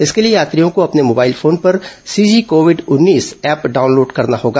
इसके लिए यात्रियों को अपने मोबाइल फोन पर सीजी कोविड उन्नीस ऐप डाउनलोड करना होगा